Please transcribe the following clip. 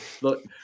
look